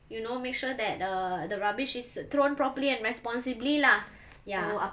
you know make sure that the the rubbish is thrown properly and responsibly lah ya